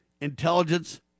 intelligence